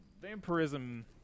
vampirism